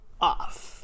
off